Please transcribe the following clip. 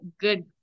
good